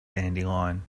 dandelion